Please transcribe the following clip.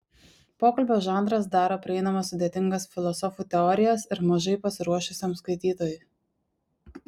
pokalbio žanras daro prieinamas sudėtingas filosofų teorijas ir mažai pasiruošusiam skaitytojui